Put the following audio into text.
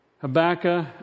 Habakkuk